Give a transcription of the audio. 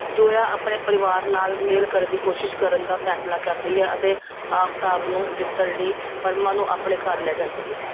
ਜ਼ੋਇਆ ਆਪਣੇ ਪਰਿਵਾਰ ਨਾਲ ਮੇਲ ਕਰਨ ਦੀ ਕੋਸ਼ਿਸ਼ ਕਰਨ ਦਾ ਫੈਸਲਾ ਕਰਦੀ ਹੈ ਅਤੇ ਆਫਤਾਬ ਨੂੰ ਜਿੱਤਣ ਲਈ ਪਰਮਾ ਨੂੰ ਆਪਣੇ ਘਰ ਲੈ ਜਾਂਦੀ ਹੈ